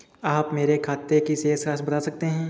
आप मुझे मेरे खाते की शेष राशि बता सकते हैं?